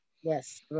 yes